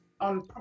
on